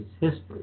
history